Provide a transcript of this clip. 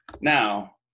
Now